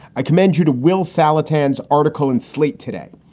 i commend you to will saletan article in slate today.